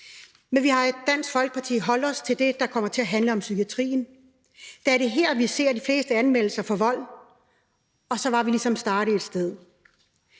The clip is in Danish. Men vi har i Dansk Folkeparti holdt os til det, der handler om psykiatrien, da det er her, vi ser de fleste anmeldelser for vold, og så er vi ligesom startet et sted.